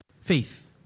faith